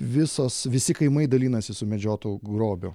visos visi kaimai dalinasi sumedžiotu grobiu